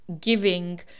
giving